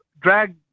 drag